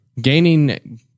gaining